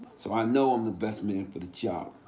so i know i'm the best man for the job.